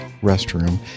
restroom